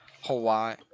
Hawaii